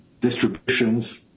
distributions